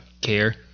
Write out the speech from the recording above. care